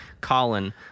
Colin